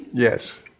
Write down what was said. Yes